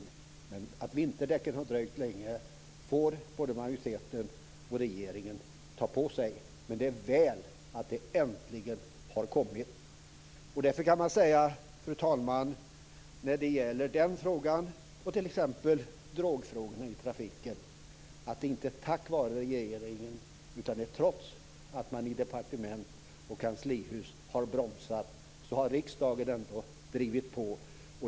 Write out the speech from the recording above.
Men att reglerna för vinterdäck har dröjt så länge får både majoriteten och regeringen ta på sig. Det är väl att de äntligen har kommit. Man kan säga, fru talman, att när det gäller den frågan och drogfrågan i trafiken, är det inte tack vare regeringen utan trots att man i departement och kanslihus har bromsat som riksdagen har drivit på.